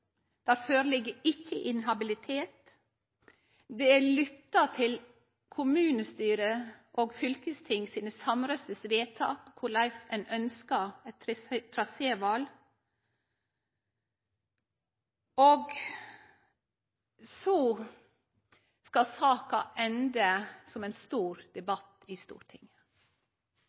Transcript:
Inhabilitet ligg ikkje føre. Det er lytta til kommunestyret og fylkestinget sine samrøystes vedtak om korleis ein ønskte eit traséval, og så skal saka ende som ein stor debatt i Stortinget.